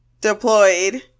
deployed